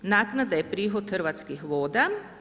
Naknada je prihod Hrvatskih voda.